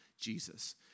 Jesus